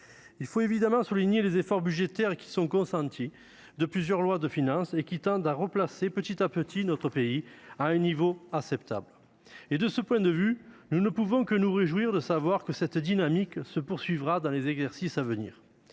Il faut évidemment souligner les efforts budgétaires qui sont consentis depuis plusieurs lois de finances et qui tendent à replacer petit à petit notre pays à un niveau acceptable. À cet égard, nous ne pouvons que nous réjouir de savoir que cette dynamique se poursuivra dans les exercices à venir.